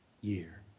year